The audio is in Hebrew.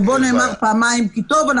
שבו נאמר פעמיים כי טוב,